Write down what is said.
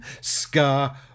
Scar